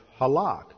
halak